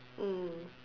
mm